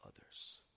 others